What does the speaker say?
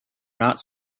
not